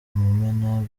mumena